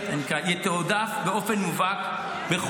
כל